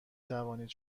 توانید